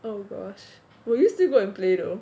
oh gosh will you still go and play though